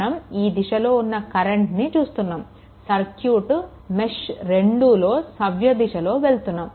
మనం ఈ దిశలో ఉన్న కరెంట్ని చూస్తున్నాము సర్క్యూట్ మెష్2 లో సవ్య దిశలో వెళ్తున్నాము